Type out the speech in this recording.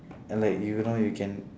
like you know you can